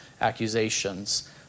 accusations